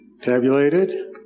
tabulated